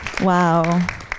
wow